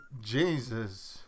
Jesus